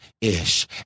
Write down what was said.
ish